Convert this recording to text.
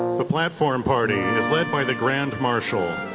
the platform party is led by the grand marshal,